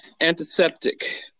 antiseptic